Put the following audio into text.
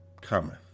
cometh